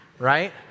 right